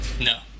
No